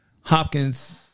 Hopkins